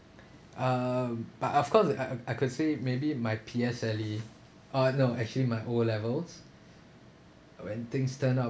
um but of course I I could say maybe my P_S_L_E oh no actually my O levels when things turn out